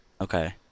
Okay